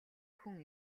хүн